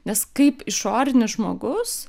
nes kaip išorinis žmogus